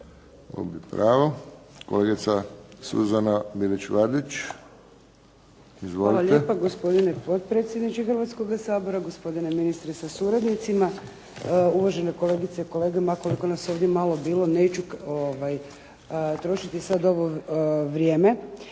**Bilić Vardić, Suzana (HDZ)** Hvala lijepa, gospodine potpredsjedniče Hrvatskoga sabora. Gospodine ministre sa suradnicima. Uvažene kolegice i kolege, ma koliko nas ovdje malo bilo. Neću trošiti sad ovo vrijeme,